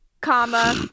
comma